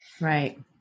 Right